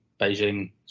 Beijing